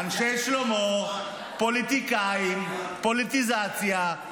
אנשי שלומו, פוליטיקאים, פוליטיזציה.